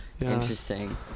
interesting